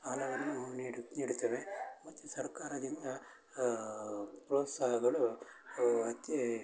ಸಾಲವನ್ನೂ ನೀಡು ನೀಡುತ್ತವೆ ಮತ್ತು ಸರ್ಕಾರದಿಂದ ಪ್ರೋತ್ಸಾಹಗಳು ಅಷ್ಟೇ